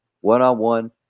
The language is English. one-on-one